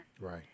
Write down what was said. Right